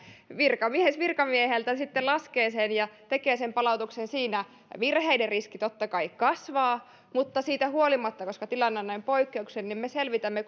virkamies virkamieheltä sitten laskee sen ja tekee sen palautuksen siinä virheiden riski totta kai kasvaa mutta siitä huolimatta koska tilanne on näin poikkeuksellinen me selvitämme